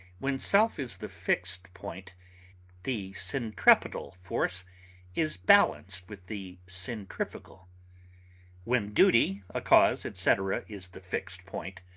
when self is the fixed point the centripetal force is balanced with the centrifugal when duty, a cause, etc, is the fixed point,